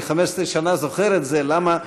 אני 15 שנה זוכר את זה, למה?